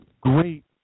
great